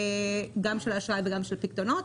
גם של האשראי וגם של הפיקדונות.